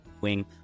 Wing